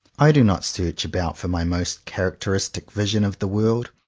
i do not search about for my most characteristic vision of the world,